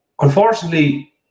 unfortunately